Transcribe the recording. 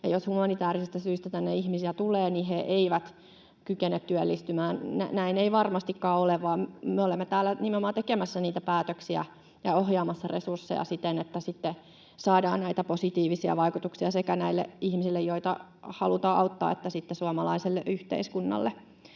jos humanitaarisista syistä tänne ihmisiä tulee, he eivät kykene työllistymään, niin näin ei varmastikaan ole, vaan me olemme täällä nimenomaan tekemässä niitä päätöksiä ja ohjaamassa resursseja siten, että saadaan näitä positiivisia vaikutuksia sekä näille ihmisille, joita halutaan auttaa, että sitten suomalaiselle yhteiskunnalle.